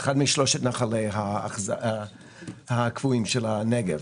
אחד משלושת הנחלים הקבועים של הנגב.